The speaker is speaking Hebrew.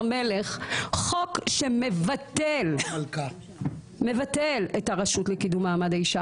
מלך חוק שמבטל את הרשות לקידום מעמד האישה,